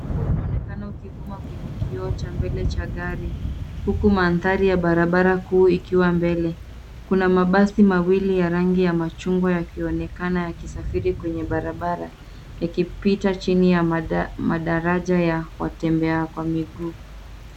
Ukungu unaonekana ukivuma kwenye kioo cha mbele cha gari. Huku madhari ya barabara kuu ikiwa mbele kuna mabasi mawili ya rangi ya machungwa yakionekana yakisafiri kwenye Barabara yakipita chini ya madaraja ya watembea kwa miguu